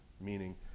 meaning